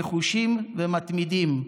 נחושים ומתמידים.